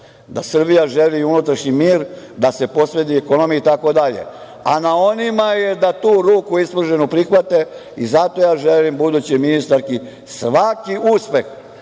da Srbija želi unutrašnji mir, da se posveti ekonomiji itd, a na onima je da tu ruku ispruženu prihvate i zato ja želim budućoj ministarki svaki uspeh,